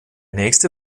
nächste